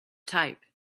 type